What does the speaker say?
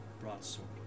Broadsword